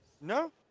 No